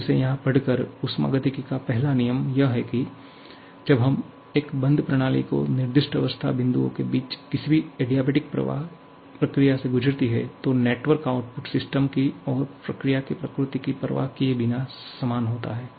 बस इसे यहां पढ़कर ऊष्मागतिकी का पहला नियम यह है कि जब एक बंद प्रणाली दो निर्दिष्ट अवस्था बिंदुओं के बीच किसी भी एडियाबेटिक प्रक्रिया से गुजरती है तो नेटवर्क आउटपुट सिस्टम की और प्रक्रिया की प्रकृति की परवाह किए बिना समान होता है